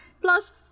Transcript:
plus